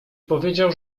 powiedział